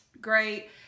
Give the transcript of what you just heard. great